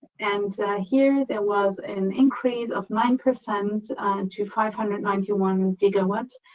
and here, there was an increase of nine percent ah and to five hundred and ninety one gigawatts.